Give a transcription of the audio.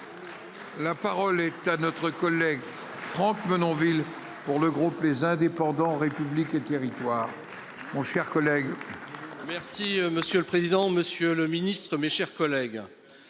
La parole est à notre collègue Franck Menonville pour le groupe les indépendants République et Territoires, mon cher collègue. Merci monsieur le président, Monsieur le Ministre, mes chers collègues.